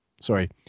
Sorry